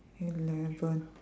eleven